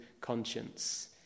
conscience